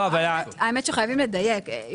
האמת שחייבים לדייק,